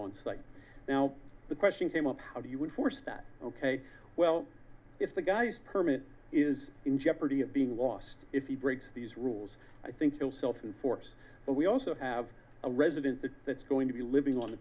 on site now the question came up how do you would force that ok well if the guy permanent is in jeopardy of being lost if he breaks these rules i think they'll self in force but we also have a resident that's going to be living on the